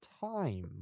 time